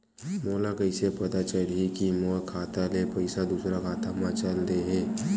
मोला कइसे पता चलही कि मोर खाता ले पईसा दूसरा खाता मा चल देहे?